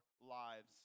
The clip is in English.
lives